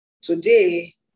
today